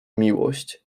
miłość